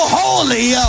holy